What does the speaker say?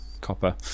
copper